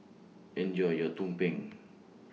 Enjoy your Tumpeng